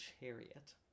chariot